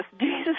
Jesus